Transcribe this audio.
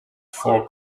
four